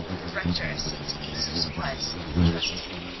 the rector of st. asaph's was, he trusted,